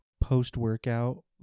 Post-workout